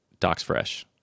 DocsFresh